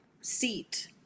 seat